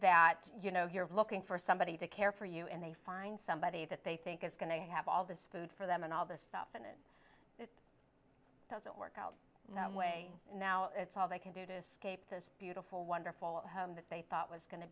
that you know you're looking for somebody to care for you and they find somebody that they think is going to have all this food for them and all this stuff and it doesn't work out that way now it's all they can do to escape this beautiful wonderful home that they thought was going to